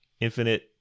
infinite